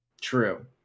True